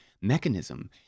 mechanism